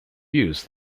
use